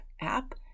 app